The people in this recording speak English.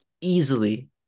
easily